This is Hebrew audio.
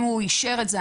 אם הוא אישר את זה,